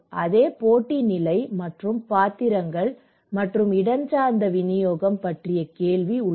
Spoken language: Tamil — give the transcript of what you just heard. அதே போட்டி நிலை மற்றும் பாத்திரங்கள் மற்றும் இடஞ்சார்ந்த விநியோகம் பற்றிய கேள்வி உள்ளது